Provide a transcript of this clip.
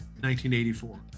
1984